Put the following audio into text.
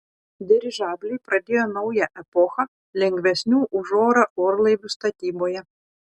dirižabliai pradėjo naują epochą lengvesnių už orą orlaivių statyboje